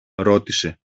ρώτησε